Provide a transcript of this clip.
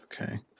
Okay